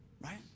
right